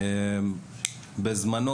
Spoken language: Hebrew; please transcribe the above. בזמנו,